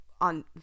on